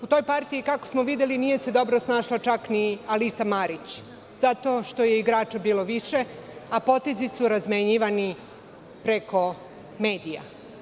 U toj partiji, kako smo videli, nije se dobro snašla čak ni Alisa Marić, zato što je igrača bilo više, a potezi su razmenjivani preko medija.